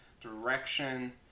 direction